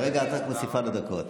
וכרגע את רק מוסיפה לו דקות.